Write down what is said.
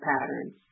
patterns